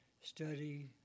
study